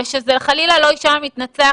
שחלילה לא יישמע מתנצח,